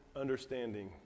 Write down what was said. understanding